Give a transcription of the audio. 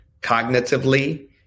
cognitively